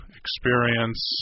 experience